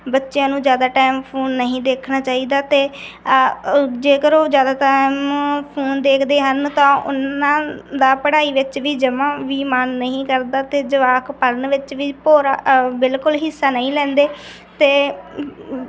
ਬੱਚਿਆਂ ਨੂੰ ਜ਼ਿਆਦਾ ਟਾਈਮ ਫੋਨ ਨਹੀਂ ਦੇਖਣਾ ਚਾਹੀਦਾ ਅਤੇ ਜੇਕਰ ਉਹ ਜ਼ਿਆਦਾ ਟੈਮ ਫੋਨ ਦੇਖਦੇ ਹਨ ਤਾਂ ਉਹਨਾਂ ਦਾ ਪੜ੍ਹਾਈ ਵਿੱਚ ਵੀ ਜਮਾ ਵੀ ਮਨ ਨਹੀਂ ਕਰਦਾ ਅਤੇ ਜਵਾਕ ਪੜ੍ਹਨ ਵਿੱਚ ਵੀ ਭੋਰਾ ਬਿਲਕੁਲ ਹਿੱਸਾ ਨਹੀਂ ਲੈਂਦੇ ਅਤੇ